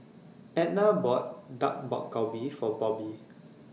Edna bought Dak Galbi For Bobbi